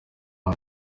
ubu